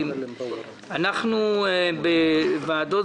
אז אמנסטי ורופאים